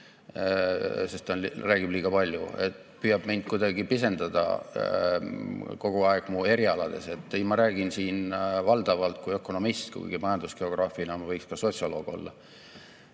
sest ta räägib liiga palju – püüab mind kuidagi pisendada kogu aeg mu erialade põhjal. Ei, ma räägin siin valdavalt kui ökonomist, kuigi majandusgeograafina ma võiks ka sotsioloog olla.